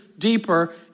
deeper